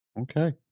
Okay